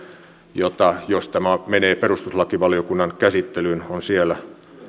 jota jos tämä menee perustuslakivaliokunnan käsittelyyn on siellä